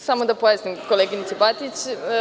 Samo da pojasnim koleginici Batić.